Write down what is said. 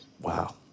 Wow